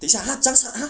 等一等他 just ah 他